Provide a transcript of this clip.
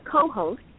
co-host